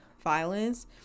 violence